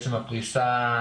הפריסה